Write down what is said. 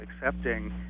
accepting